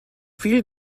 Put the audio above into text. viel